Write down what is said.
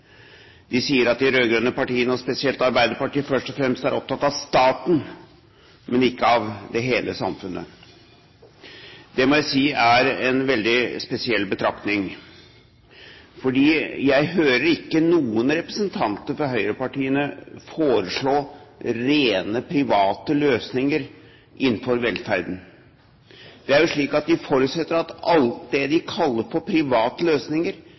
De sier at de rød-grønne partiene, og spesielt Arbeiderpartiet, først og fremst er opptatt av staten, og ikke av hele samfunnet. Det må jeg si er en veldig spesiell betraktning. Jeg hører ikke noen representanter fra høyrepartiene foreslå rene, private løsninger innenfor velferden. Det er jo slik at de forutsetter at alt det de kaller for private løsninger,